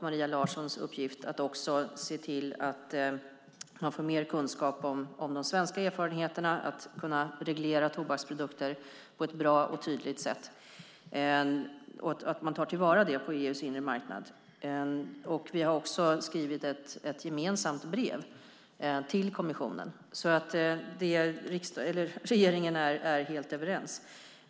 Maria Larssons uppgift är att se till att man får mer kunskap om de svenska erfarenheterna av att reglera tobaksprodukter på ett bra och tydligt sätt och att man tar till vara det på EU:s inre marknad. Vi har också skrivit ett gemensamt brev till kommissionen. Regeringen är alltså helt överens.